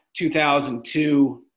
2002